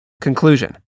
Conclusion